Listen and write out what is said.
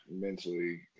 mentally